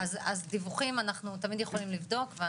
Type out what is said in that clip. דיווחים אנחנו תמיד יכולים לבדוק.